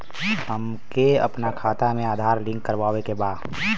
हमके अपना खाता में आधार लिंक करावे के बा?